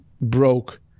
broke